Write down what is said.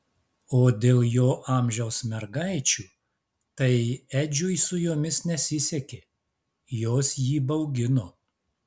o dėl jo amžiaus mergaičių tai edžiui su jomis nesisekė jos jį baugino